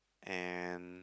and